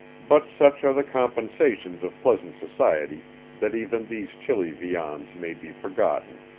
but such are the compensations of pleasant society that even these chilly viands may be forgotten,